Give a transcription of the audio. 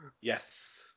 Yes